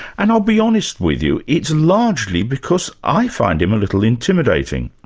and i'll be honest with you, it's largely because i find him a little intimidating.